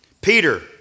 Peter